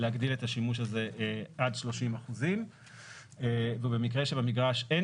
להגדיל את השימוש הזה עד 30%. ובמקרה שבמגרש אין